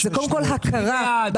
אני יודעת.